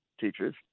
teachers